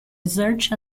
research